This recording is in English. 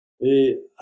Et